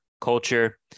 culture